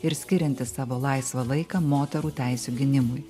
ir skirianti savo laisvą laiką moterų teisių gynimui